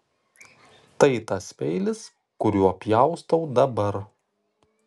tai tas peilis kuriuo pjaustau dabar